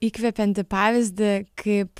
įkvepiantį pavyzdį kaip